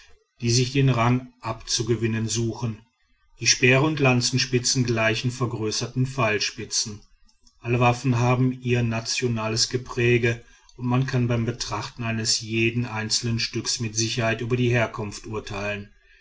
die sich den rang abzugewinnen suchen die speere und lanzenspitzen gleichen vergrößerten pfeilspitzen alle waffen haben ihr nationales gepräge und man kann beim betrachten eines jeden einzelnen stücks mit sicherheit über die herkunft urteilen